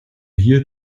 hier